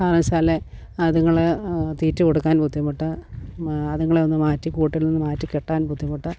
കാരണം വച്ചാൽ അതിങ്ങളെ തീറ്റ കൊടുക്കാൻ ബുദ്ധിമുട്ട് അതിങ്ങളെ ഒന്ന് മാറ്റിക്കൂട്ടിൽ നിന്ന് മാറ്റി കെട്ടാൻ ബുദ്ധിമുട്ട്